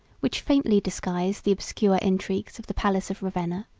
which faintly disguise the obscure intrigues of the palace of ravenna,